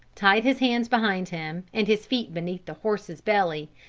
tied his hands behind him and his feet beneath the horse's belly,